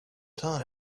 time